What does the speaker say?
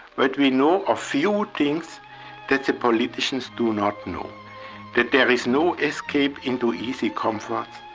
but we know a few things that the politicians do not know that there is no escape into easy comfort,